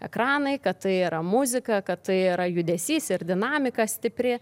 ekranai kad tai yra muzika kad tai yra judesys ir dinamika stipri